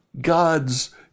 God's